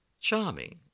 Charming